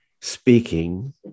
speaking